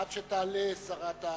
עד שתעלה שרת,